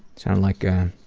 sound like a